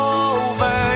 over